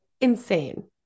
insane